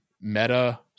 meta